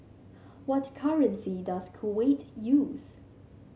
what currency does Kuwait use